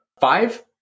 five